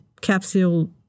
capsule